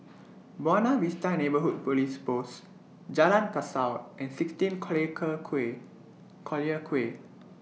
Buona Vista Neighbourhood Police Post Jalan Kasau and sixteen Collyer Quay Collyer Quay